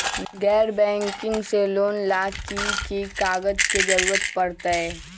गैर बैंकिंग से लोन ला की की कागज के जरूरत पड़तै?